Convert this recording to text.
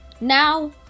Now